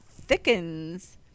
thickens